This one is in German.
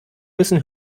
müssen